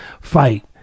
fight